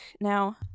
Now